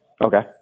Okay